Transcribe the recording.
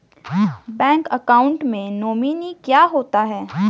Bank account में nominee क्या होता है?